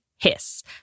Hiss